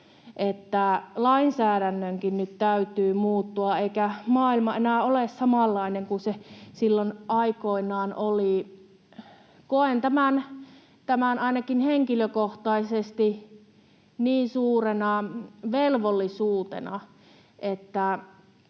että lainsäädännönkin nyt täytyy muuttua, eikä maailma enää ole samanlainen kuin se silloin aikoinaan oli. Koen tämän ainakin henkilökohtaisesti niin suurena velvollisuutena,